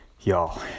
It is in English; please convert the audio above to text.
y'all